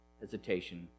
hesitation